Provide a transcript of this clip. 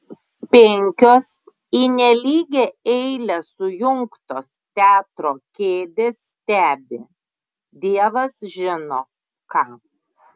penkios į nelygią eilę sujungtos teatro kėdės stebi dievas žino ką